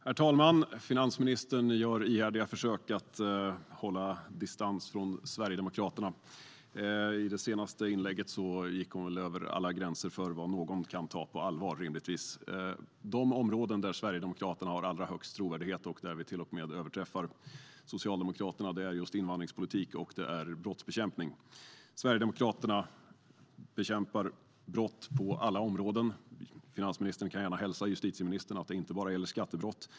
Herr talman! Finansministern gör ihärdiga försök att hålla distans till Sverigedemokraterna. I sitt senaste inlägg gick hon över alla gränser för vad någon rimligtvis kan ta på allvar. De områden där Sverigedemokraterna har allra högst trovärdighet och till och med överträffar Socialdemokraterna är invandringspolitik och brottsbekämpning. Sverigedemokraterna bekämpar brott på alla områden. Finansministern kan gärna hälsa justitieministern att det inte bara gäller skattebrott.